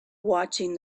watching